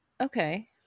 Okay